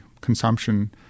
consumption